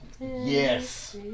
Yes